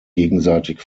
gegenseitig